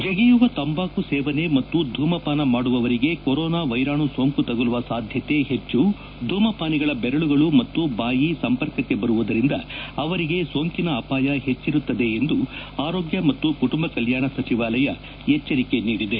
ಜಗಿಯುವ ತಂಬಾಕು ಸೇವನೆ ಮತ್ತು ಧೂಮಪಾನ ಮಾಡುವವರಿಗೆ ಕೊರೋನಾ ವೈರಾಣು ಸೋಂಕು ತಗುಲುವ ಸಾಧ್ಯತೆ ಹೆಚ್ಚು ಧೂಮಪಾನಕ್ಕೆ ಬೆರಳುಗಳು ಮತ್ತು ಬಾಯಿ ಸಂಪರ್ಕಕ್ಕೆ ಬರುವುದರಿಂದ ಅವರಿಗೆ ಸೋಂಕಿನ ಅಪಾಯ ಹೆಚ್ಚಿರುತ್ತದೆ ಎಂದು ಆರೋಗ್ಯ ಮತ್ತು ಕುಟುಂಬ ಕಲ್ಯಾಣ ಸಚಿವಾಲಯ ಎಚ್ಚರಿಕೆ ನೀಡಿದೆ